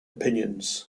opinions